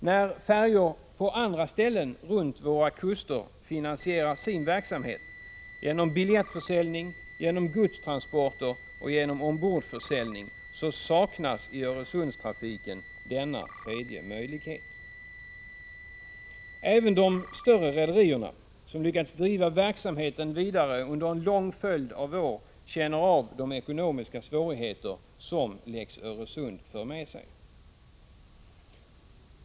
När färjor på andra ställen runt våra kuster finansierar sin verksamhet genom biljettförsäljning, genom godstransporter och genom ombordförsäljning, saknas i Öresundstrafiken denna tredje möjlighet. Även de större rederierna, som lyckas driva verksamheten vidare under en lång följd av år, känner av de ekonomiska svårigheter som lex Öresund för med sig.